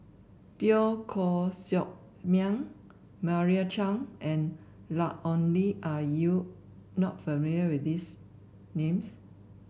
Teo Koh Sock Miang Meira Chand and Ian Ong Li are you not familiar with these names